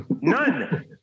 None